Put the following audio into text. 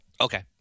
Okay